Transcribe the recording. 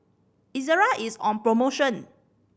Ezerra is on promotion